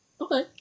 Okay